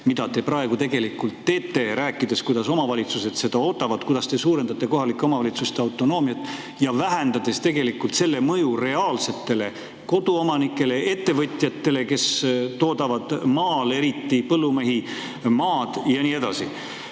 mida te praegu tegelikult teete, rääkides, kuidas omavalitsused seda ootavad, kuidas te suurendate kohalike omavalitsuste autonoomiat, vähendades tegelikult selle [muudatuse] mõju reaalsetele koduomanikele ja ettevõtjatele, kes toodavad maal, eriti põllumeestele, ja nii edasi.